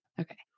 Okay